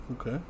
Okay